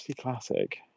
Classic